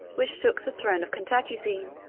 which shook the throne of cantacuzene,